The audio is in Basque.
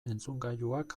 entzungailuak